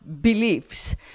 beliefs